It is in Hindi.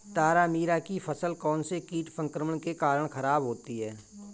तारामीरा की फसल कौनसे कीट संक्रमण के कारण खराब होती है?